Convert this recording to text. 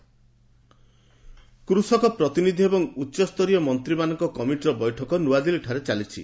farmers meeting କୃଷକ ପ୍ରତିନିଧି ଏବଂ ଉଚ୍ଚସ୍ତରୀୟ ମନ୍ତ୍ରୀମାନଙ୍କ କମିଟିର ବୈଠକ ନୂଆଦିଲ୍ଲୀଠାରେ ଚାଲିଛି